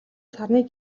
сарны